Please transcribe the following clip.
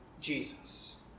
Jesus